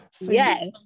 Yes